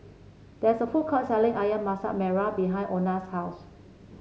there is a food court selling ayam Masak Merah behind Ona's house